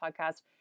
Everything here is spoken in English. podcast